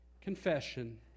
confession